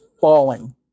falling